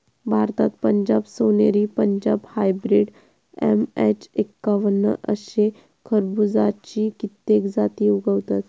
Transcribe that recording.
भारतात पंजाब सोनेरी, Punjab hybrid, MH एक्कावन्न अशे खरबुज्याची कित्येक जाती उगवतत